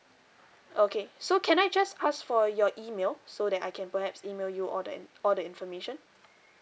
okay so can I just ask for your email so that I can perhaps email you all the en~ all the information